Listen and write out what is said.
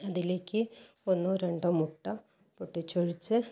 അതിലേക്ക് ഒന്നോ രണ്ടോ മുട്ട പൊട്ടിച്ചൊഴിച്ച്